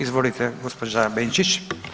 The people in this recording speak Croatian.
Izvolite gospođa Benčić.